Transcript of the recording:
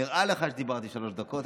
נראה לך שדיברתי שלוש דקות.